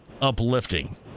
uplifting